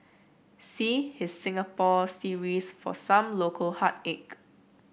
see his Singapore series for some local heartache